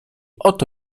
oto